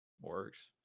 Works